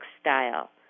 style